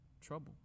trouble